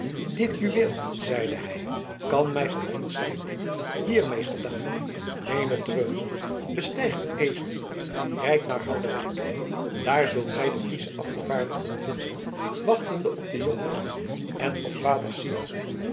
dit juweel zeide hij kan mij van dienst zijn hier meester daamke neem het terug bestijg uw ezel rijd naar harderwijk daar zult gij de friesche afgevaardigden vinden wachtende op de jonkvrouw en op vader syard